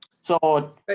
So-